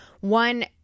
one